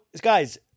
guys